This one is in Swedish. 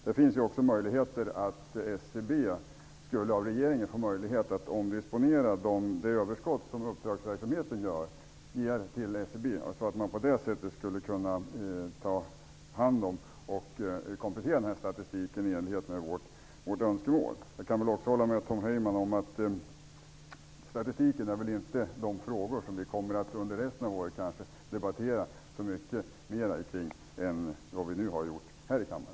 Det finns också möjligheter för regeringen att låta SCB omdisponera överskottet på uppdragsverksamheten till den egna verksamheten, så att SCB skulle kunna komplettera statistiken i enlighet med vårt önskemål. Jag kan också hålla med Tom Heyman om att vi under resten av året kanske inte kommer att diskutera statistiken särskilt mycket mera än vad vi nu har gjort här i kammaren.